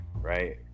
right